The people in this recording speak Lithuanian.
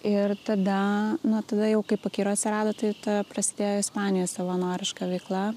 ir tada nu tada jau kaip akira atsirado tai ta prasidėjo ispanijoj savanoriška veikla